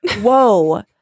Whoa